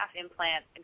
implant